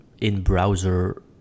in-browser